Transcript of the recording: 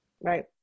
right